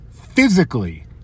physically